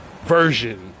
version